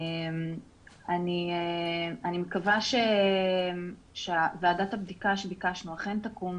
אני מקווה שוועדת הבדיקה שביקשנו אכן תקום,